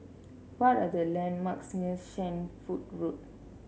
what are the landmarks near Shenvood Road